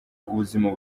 ubuzima